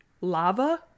Lava